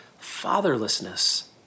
fatherlessness